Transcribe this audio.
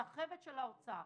סחבת של האוצר